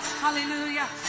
Hallelujah